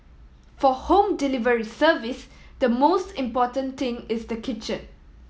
for home delivery service the most important thing is the kitchen